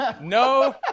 No